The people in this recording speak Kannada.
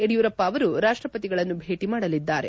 ಯಡಿಯೂರಪ್ಪ ಅವರು ರಾಷ್ಟಪತಿಗಳನ್ನು ಭೇಟಿ ಮಾಡಲಿದ್ದಾರೆ